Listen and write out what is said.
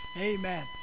Amen